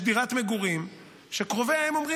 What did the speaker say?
יש דירת מגורים שקרובי האם אומרים: